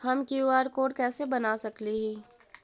हम QR code कैसे बना सकली ही?